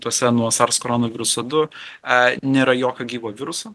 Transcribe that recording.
tuose nuo sars koronaviruso du a nėra jokio gyvo viruso